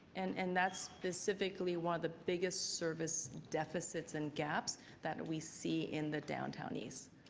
and and that's specifically one of the biggest service deficits and gaps that we see in the downtown needs.